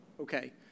Okay